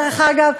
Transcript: דרך אגב,